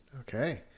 Okay